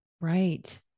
Right